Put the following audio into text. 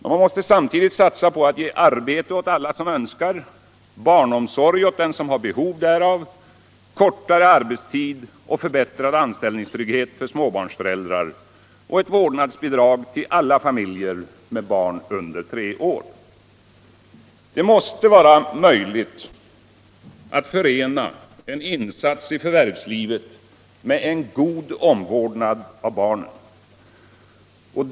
Men man måste samtidigt satsa på att ge arbete åt alla som önskar det, barnomsorg åt dem som har behov därav, kortare arbetstid och förbättrad anställningstrygghet för småbarnsföräldrar och ett vårdnadsbidrag till alla familjer med barn under tre år. Det måste vara möjligt att förena en insats i förvärvslivet med en god omvårdnad av barnen.